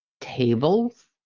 Tables